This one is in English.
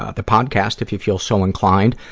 ah the podcast, if you feel so inclined.